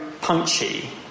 punchy